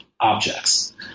objects